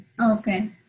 Okay